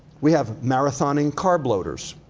we have marathoning carb-loaders,